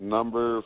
Number